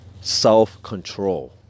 Self-control